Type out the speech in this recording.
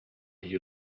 you